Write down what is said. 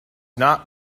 not